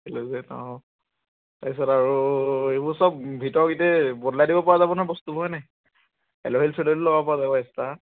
halogen অঁ তাৰপিছত আৰু এইবোৰ চব ভিতৰ কেইটা বদলাই দিব পৰা যাব ন বস্তু হয় নাই এলয় হুইল চেলয় হুইল লগাব পৰা যাব এক্সট্ৰা